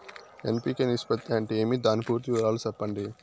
NPK నిష్పత్తి అంటే ఏమి దాని పూర్తి వివరాలు సెప్పండి?